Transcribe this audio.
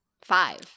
Five